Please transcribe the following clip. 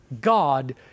God